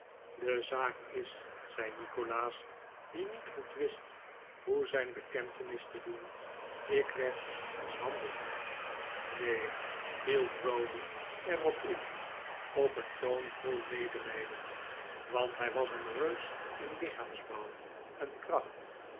de zaak is zei nikolaas die niet goed wist hoe zijn bekentenis te doen ik werd mishandeld neen viel browdie er op in op een toon vol medelijden want hij was een reus in lichaamsbouw en kracht